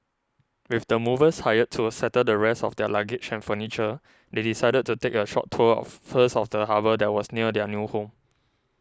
with the movers hired to settle the rest of their luggage and furniture they decided to take a short tour first of the harbour that was near their new home